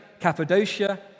Cappadocia